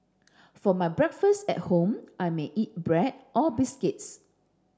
for my breakfast at home I may eat bread or biscuits